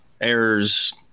errors